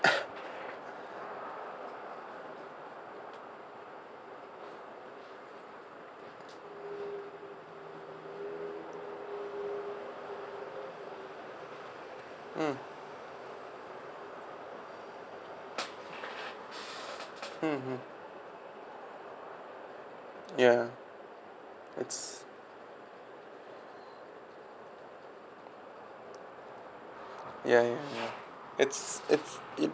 mm mmhmm ya it's ya ya ya it's it's it